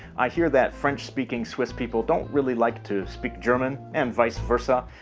i hear that french speaking swiss people don't really like to speak german and vice versa.